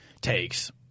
takes